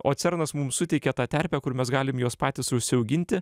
o cernas mum suteikia tą terpę kur mes galim juos patys užsiauginti